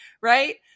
right